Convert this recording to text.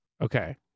Okay